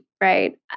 right